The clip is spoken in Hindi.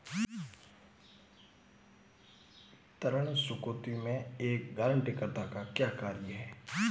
ऋण चुकौती में एक गारंटीकर्ता का क्या कार्य है?